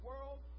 world